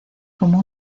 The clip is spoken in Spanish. como